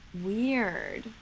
Weird